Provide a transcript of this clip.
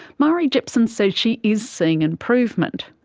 marie jepson says she is seeing improvement.